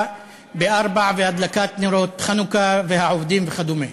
ב-16:00 והדלקת נרות חנוכה והעובדים וכדומה.